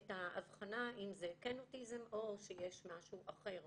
את האבחנה אם זה כן אוטיזם או שיש משהו אחר,